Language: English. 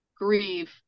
grieve